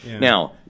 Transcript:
Now